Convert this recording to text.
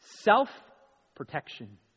Self-protection